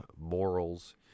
morals